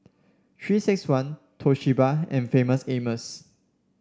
Three six one Toshiba and Famous Amos